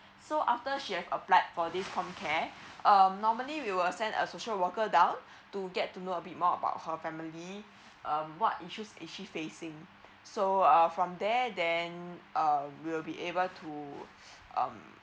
so after she have applied for this comcare um normally we will send a social worker down to get to know a bit more about her family um what issue is she facing so uh from there then uh we'll be able to um